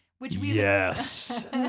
yes